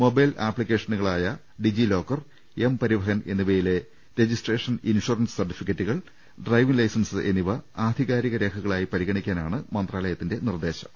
mobile ആപ്തി ക്കേഷനുകളായ DigiLocker M Parivahan എന്നിവയിലെ രജിസ്ട്രേ ഷൻ ഇൻഷുറൻസ് സർട്ടിഫിക്കറ്റുകൾ ഡ്രൈവിംഗ് ലൈസൻസ് എന്നിവ ആധികാരിക രേഖകളായി പരിഗണിക്കാനാണ് മന്ത്രാലയത്തിന്റെ നിർദ്ദേശം